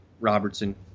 Robertson